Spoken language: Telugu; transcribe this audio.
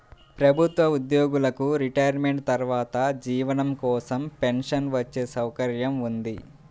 ప్రభుత్వ ఉద్యోగులకు రిటైర్మెంట్ తర్వాత జీవనం కోసం పెన్షన్ వచ్చే సౌకర్యం ఉంది